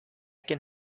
can